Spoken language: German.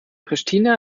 pristina